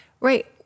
Right